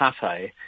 pate